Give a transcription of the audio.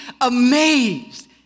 amazed